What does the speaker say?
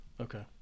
Okay